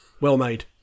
Well-made